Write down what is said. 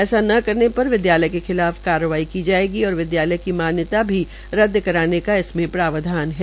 ऐसा न करने पर विद्यालय के खिलाफ कार्रवाई की जायेगी और विद्यालय की मान्यता भी रद्द करनेका इसमें प्रावधान है